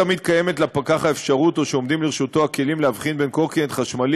לא תמיד יש לפקח אפשרות או עומדים לרשותו הכלים להבחין בין קורקינט חשמלי